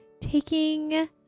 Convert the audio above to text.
taking